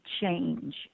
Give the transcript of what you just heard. change